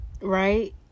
Right